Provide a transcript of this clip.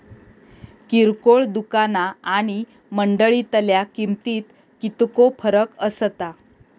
किरकोळ दुकाना आणि मंडळीतल्या किमतीत कितको फरक असता?